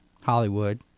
Hollywood